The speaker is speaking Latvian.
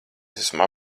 esmu